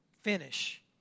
finish